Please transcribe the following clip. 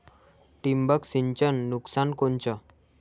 ठिबक सिंचनचं नुकसान कोनचं?